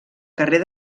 carrer